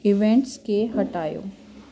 events खे हटायो